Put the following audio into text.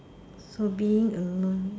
so being a